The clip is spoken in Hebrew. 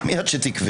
מי את שתקבעי?